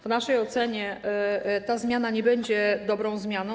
W naszej ocenie ta zmiana nie będzie dobrą zmianą.